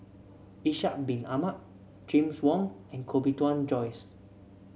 Ishak Bin Ahmad James Wong and Koh Bee Tuan Joyce